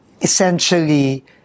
essentially